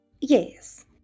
Yes